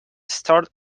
started